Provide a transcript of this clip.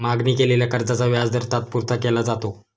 मागणी केलेल्या कर्जाचा व्याजदर तात्पुरता केला जातो